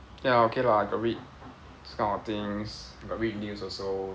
ya okay lah I got read this kind of things got read news also